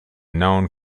known